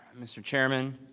mr. chairman,